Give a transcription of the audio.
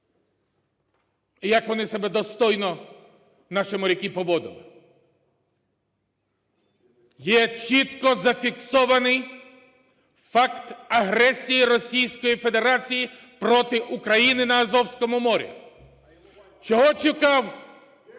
і як вони себе достойно, наші моряки, поводили. Є чітко зафіксований факт агресії Російської Федерації проти України на Азовському морі. Чого чекав